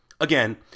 Again